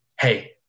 hey